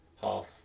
half